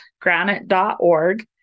granite.org